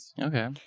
Okay